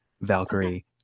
Valkyrie